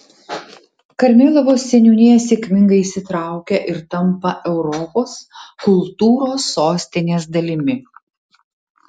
karmėlavos seniūnija sėkmingai įsitraukia ir tampa europos kultūros sostinės dalimi